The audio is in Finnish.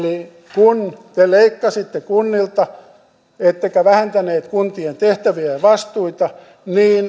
kun te leikkasitte kunnilta ettekä vähentäneet kuntien tehtäviä ja vastuita